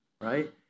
right